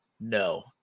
no